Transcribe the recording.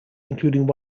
including